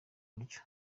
buryo